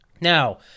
Now